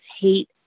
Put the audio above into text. hate